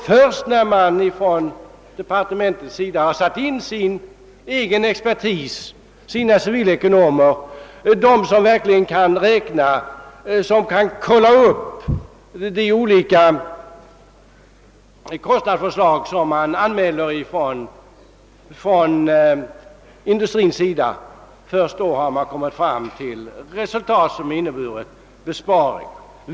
Först när man från departementets sida har satt in sin egen expertis, sina egna civilekonomer — som verkligen kan kontrollera de olika kostnadsförslag som anmäls från industrierna — har man nått resultat som inneburit besparingar.